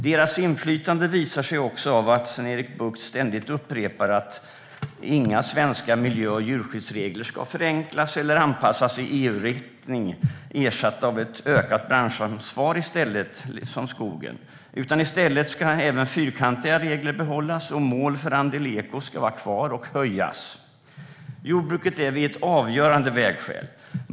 Deras inflytande visar sig också i att Sven-Erik Bucht ständigt upprepar att inga svenska miljö och djurskyddsregler ska förenklas eller anpassas i EU-riktning och ersättas av ett ökat branschansvar, som när det gäller skogen. I stället ska även fyrkantiga regler behållas, och målen för andelen eko ska vara kvar och höjas. Jordbruket står vid ett avgörande vägskäl.